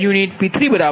0 p